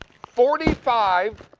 forty five,